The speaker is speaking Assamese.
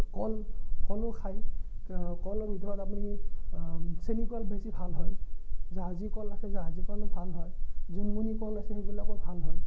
কল কলো খায় কলৰ ভিতৰত আপুনি চেনিকল বেছি ভাল হয় জাহাজী কল আছে জাহাজী কলো ভাল হয় জোনমনি কল আছে সেইবিলাকো ভাল হয়